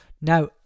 now